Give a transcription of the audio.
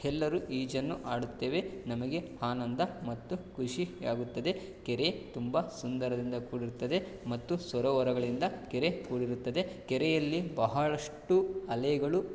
ಎಲ್ಲರೂ ಈಜನ್ನು ಆಡುತ್ತೇವೆ ನಮಗೆ ಆನಂದ ಮತ್ತು ಖುಷಿಯಾಗುತ್ತದೆ ಕೆರೆ ತುಂಬ ಸುಂದರದಿಂದ ಕೂಡಿರುತ್ತದೆ ಮತ್ತು ಸರೋವರಗಳಿಂದ ಕೆರೆ ಕೂಡಿರುತ್ತದೆ ಕೆರೆಯಲ್ಲಿ ಬಹಳಷ್ಟು ಅಲೆಗಳು